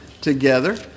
together